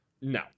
No